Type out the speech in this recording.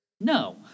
no